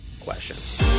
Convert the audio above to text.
questions